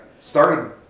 started